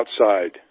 outside